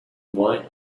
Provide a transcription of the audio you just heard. boy